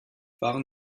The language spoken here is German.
waren